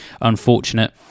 unfortunate